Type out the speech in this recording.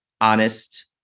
honest